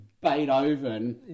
beethoven